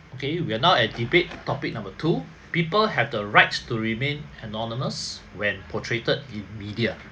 okay we are now at debate topic number two people have the rights to remain anonymous when portrayed in media